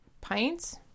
pints